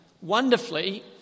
wonderfully